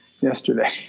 yesterday